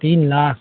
तीन लाख